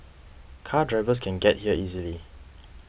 car drivers can get here easily